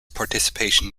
participation